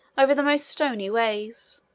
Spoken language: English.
over the most stony ways,